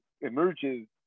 emerges